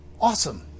Awesome